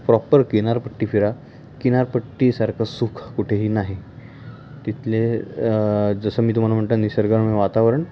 proper किनारपट्टी फिरा किनारपट्टीसारखं सुख कुठेही नाही तिथले जसं मी तुम्हाला म्हणता निसर्ग आणि वातावरण